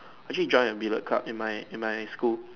actually joined a billet club in my in my school